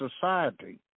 society